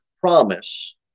promise